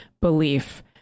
belief